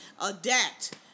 Adapt